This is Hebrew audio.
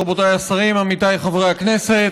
רבותיי השרים, עמיתיי חברי הכנסת,